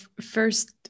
first